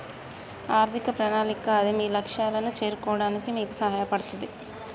ఆర్థిక ప్రణాళిక అది మీ లక్ష్యాలను చేరుకోవడానికి మీకు సహాయపడతది